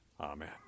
Amen